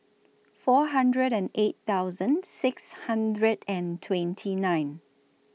four hundred and eight thousand six hundred and twenty nine